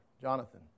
Jonathan